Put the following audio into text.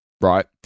right